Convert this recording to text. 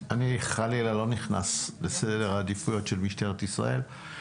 אני לא נכנס חלילה לסדר העדיפויות של משטרת ישראל,